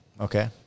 Okay